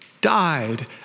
died